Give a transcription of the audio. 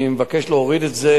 אני מבקש להוריד את זה.